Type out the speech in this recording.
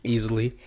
Easily